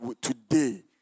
today